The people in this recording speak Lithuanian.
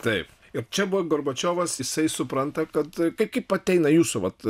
taip ir čia buvo gorbačiovas jisai supranta kad kaip kaip ateina jūsų vat